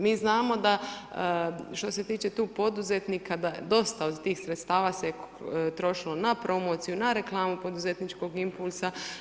Mi znamo da što se tiče tu poduzetnika da se dosta od tih sredstava trošilo na promociju, na reklamu poduzetničkog impulsa.